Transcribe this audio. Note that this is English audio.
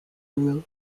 rule